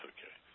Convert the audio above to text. Okay